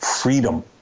freedom